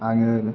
आङो